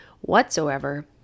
whatsoever